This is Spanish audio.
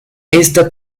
esta